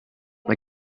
mae